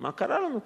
מה קרה לנו כאן?